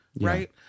right